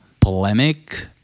polemic